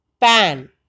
pan